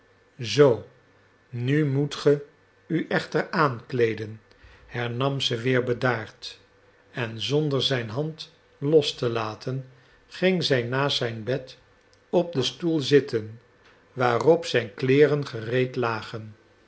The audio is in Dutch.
zoo nu moet ge u echter aankleeden hernam ze weer bedaard en zonder zijn hand los te laten ging zij naast zijn bed op den stoel zitten waarop zijn kleeren gereed lagen